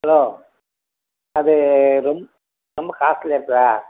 hello அது ரொம்ப ரொம்ப காஸ்ட்லியாக இருக்குதா